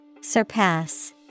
Surpass